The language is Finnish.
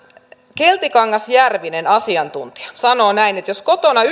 keltikangas järvinen asiantuntija sanoo näin jos kotona